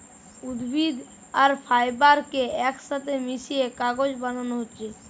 উদ্ভিদ আর ফাইবার কে একসাথে মিশিয়ে কাগজ বানানা হচ্ছে